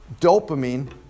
dopamine